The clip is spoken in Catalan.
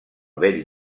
bell